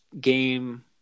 game